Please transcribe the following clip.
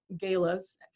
galas